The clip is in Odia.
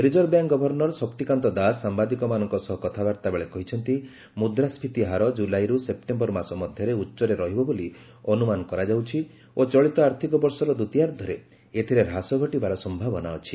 reserve bank governor Shaktikanta Das ସାମ୍ବାଦିକମାନଙ୍କ ସହ କଥାବାର୍ତ୍ତା ବେଳେ କହିଛନ୍ତି ମୁଦ୍ରାସ୍କୀତି ହାର ଜୁଲାଇରୁ ସେପ୍ଟେମ୍ବର ମାସ ମଧ୍ୟରେ ଉଚ୍ଚରେ ରହିବ ବୋଲି ଅନୁମାନ କରାଯାଉଛି ଓ ଚଳିତ ଆର୍ଥିକବର୍ଷର ଦ୍ୱିତୀୟାର୍ଦ୍ଧରେ ଏଥିରେ ହ୍ରାସ ଘଟିବାର ସମ୍ଭାବନା ଅଛି